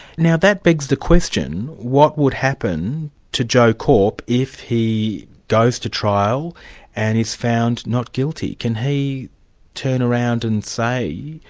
now that begs the question, what would happen to joe korp if he goes to trial and is found not guilty? can he turn around and say,